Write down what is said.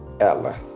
ela